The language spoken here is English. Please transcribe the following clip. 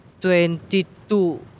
twenty-two